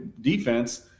defense